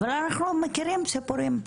אבל אנחנו מכירים סיפורים.